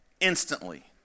instantly